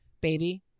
baby